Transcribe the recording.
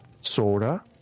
soda